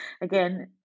again